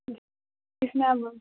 جی اس میں اب